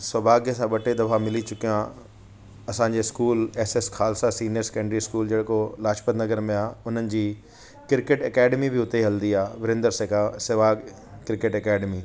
सोभाग्य सां ॿ टे दफ़ा मिली चुकियो आहियां असांजे school S S Khalsa senior secondary school जेको लाजपत नगर में आहे उन्हनि जी क्रिकेट अकेडमी बि उते हलंदी आहे विरेंद्र सहवाग क्रिकेट अकेडमी